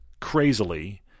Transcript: crazily